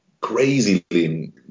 crazy